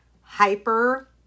hyper